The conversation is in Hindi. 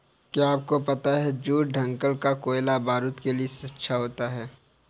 क्या आपको पता है जूट डंठल का कोयला बारूद के लिए अच्छा होता है